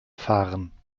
fahren